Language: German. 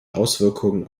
auswirkungen